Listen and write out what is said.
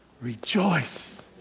rejoice